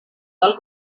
del